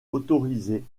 autorisés